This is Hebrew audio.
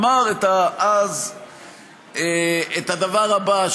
אמרת אז את הדבר הבא,